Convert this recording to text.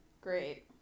Great